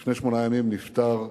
לפני שמונה ימים נפטר אבי,